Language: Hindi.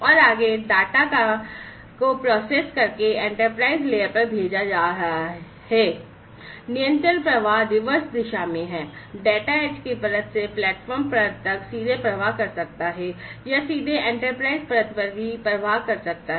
और आगे डाटा को प्रोसेस करके एंटरप्राइज की परत से प्लेटफॉर्म परत तक सीधे प्रवाह कर सकता है या सीधे एंटरप्राइज़ परत पर भी प्रवाह कर सकता है